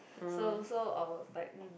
so so I was like